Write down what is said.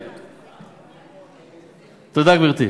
תודה, גברתי.